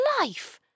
life